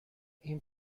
این